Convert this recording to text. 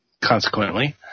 Consequently